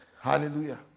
Hallelujah